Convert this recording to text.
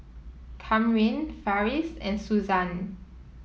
Kamryn Farris and Suzann